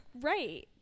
Right